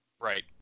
Right